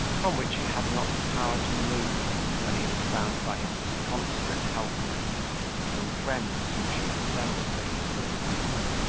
from which he had not power to move when he was found by his disconsolate helpmate and some friends whom she had assembled for his assistance.